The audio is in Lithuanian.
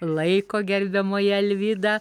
laiko gerbiamoji alvyda